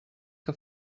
que